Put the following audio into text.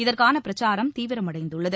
இதற்கான பிரச்சாரம் தீவிரமடைந்துள்ளது